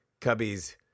Cubbies